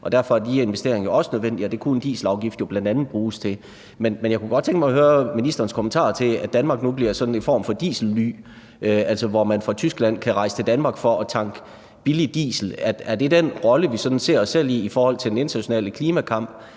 Derfor er de investeringer jo også nødvendige, og det kunne en dieselafgift bl.a. bruges til. Men jeg kunne godt tænke mig at høre ministerens kommentar til, at Danmark nu bliver sådan en form for dieselly, hvor man fra Tyskland kan rejse til Danmark for at tanke billig diesel. Er det den rolle, vi sådan ser os selv i i forhold til den internationale klimakamp,